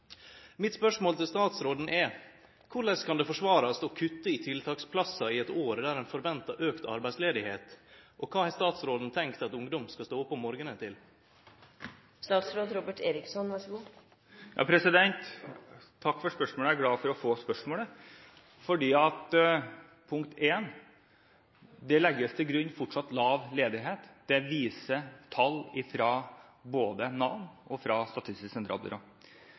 Mitt spørsmål til statsråden er: Korleis kan det forsvarast å kutte i tiltaksplassar i eit år der ein forventar auka arbeidsløyse? Kva har statsråden tenkt at ungdom skal stå opp til om morgonen? Takk for spørsmålet. Jeg er glad for å få det, fordi, punkt en: Det legges til grunn fortsatt lav ledighet, det viser tall både fra Nav og